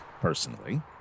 personally